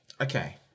Okay